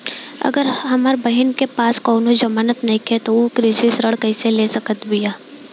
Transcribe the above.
अगर हमार बहिन के पास कउनों जमानत नइखें त उ कृषि ऋण कइसे ले सकत बिया?